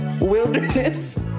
wilderness